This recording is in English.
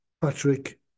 Patrick